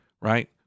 right